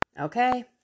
Okay